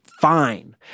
fine